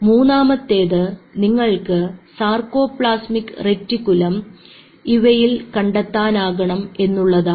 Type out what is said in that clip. മൂന്നാമത്തേത് നിങ്ങൾക്ക് sarcoplasmic reticulum ഇവയിൽ കണ്ടെത്താനാകണം എന്നുള്ളതാണ്